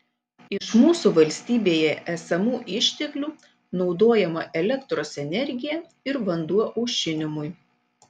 iš mūsų valstybėje esamų išteklių naudojama elektros energija ir vanduo aušinimui